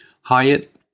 Hyatt